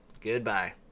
goodbye